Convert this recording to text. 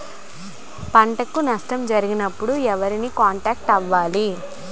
పంటకు నష్టం జరిగినప్పుడు ఎవరిని కాంటాక్ట్ అవ్వాలి?